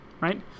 right